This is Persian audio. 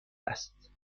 است